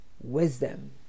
wisdom